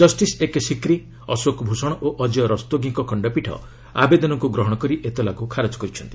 justice A K Sikri Ashok Bhushan ଓ ଅଜୟ ରସ୍ତୋଗିଙ୍କ ଖଣ୍ଡପୀଠ ଆବଦନକୁ ଗ୍ରହଣ କରି ଏତଲାକୁ ଖାରଜ କରିଛନ୍ତି